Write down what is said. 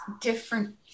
different